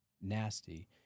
nasty